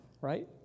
right